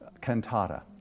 cantata